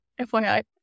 FYI